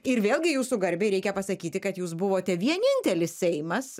ir vėlgi jūsų garbei reikia pasakyti kad jūs buvote vienintelis seimas